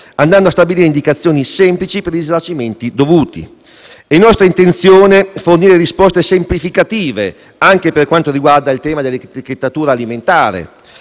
andando a stabilire indicazioni semplici per i risarcimenti dovuti. È nostra intenzione fornire risposte semplificative anche per quanto riguarda il tema dell'etichettatura alimentare,